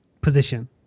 position